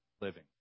Living